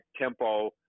tempo